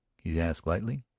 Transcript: he asked lightly.